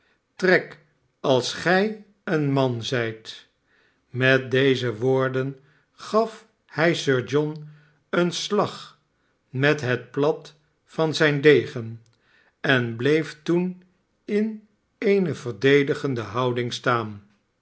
trek als gij een man zijt met deze woorden gaf hij sir john een slag met het plat van zijn degen en bleef toen in eene verdedigende houding staan